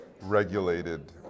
regulated